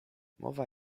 mowa